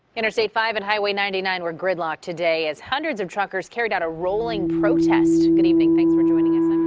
interstate five and highway ninety nine, we're gridlocked today as hundreds of truckers carried out a rolling protest. good evening. thanks for joining us.